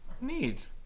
Neat